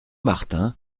martin